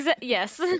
Yes